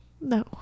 No